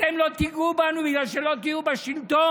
אתם לא תיגעו בנו בגלל שלא תהיו בשלטון.